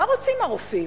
מה רוצים הרופאים?